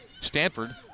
Stanford